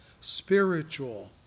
spiritual